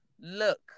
look